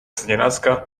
znienacka